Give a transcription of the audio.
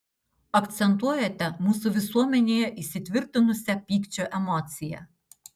akcentuojate mūsų visuomenėje įsitvirtinusią pykčio emociją